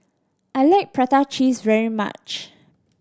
I like prata cheese very much